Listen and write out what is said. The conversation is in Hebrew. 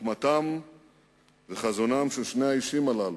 חוכמתם וחזונם של שני האישים הללו,